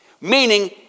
meaning